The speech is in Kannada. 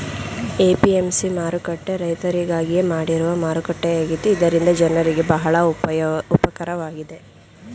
ಎ.ಪಿ.ಎಂ.ಸಿ ಮಾರುಕಟ್ಟೆ ರೈತರಿಗಾಗಿಯೇ ಮಾಡಿರುವ ಮಾರುಕಟ್ಟೆಯಾಗಿತ್ತು ಇದರಿಂದ ಜನರಿಗೆ ಬಹಳ ಉಪಕಾರವಾಗಿದೆ